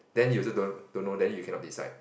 then you also don't don't know then you cannot decide